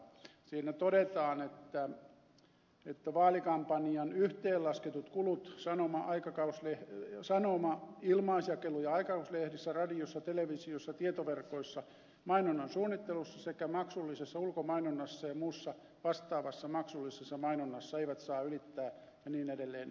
siinä todetaan että vaalikampanjan yhteenlasketut kulut sanoma ilmaisjakelu ja aikakauslehdissä radiossa televisiossa tietoverkoissa mainonnan suunnittelussa sekä maksullisessa ulkomainonnassa ja muussa vastaavassa maksullisessa mainonnassa eivät saa ylittää ja niin edelleen